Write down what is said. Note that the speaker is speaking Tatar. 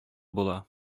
була